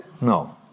No